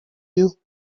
you